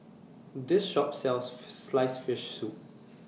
This Shop sells Sliced Fish Soup